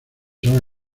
son